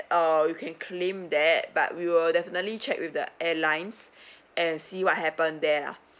uh you can claim that but we will definitely check with the airlines and see what happened there lah